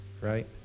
right